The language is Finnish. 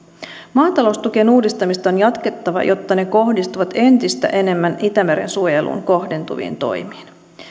maataloustukien uudistamista on jatkettava jotta ne kohdistuvat entistä enemmän itämeren suojeluun kohdentuviin toimiin